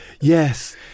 Yes